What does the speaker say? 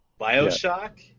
Bioshock